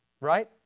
right